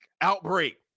Outbreak